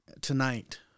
tonight